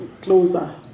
closer